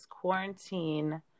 quarantine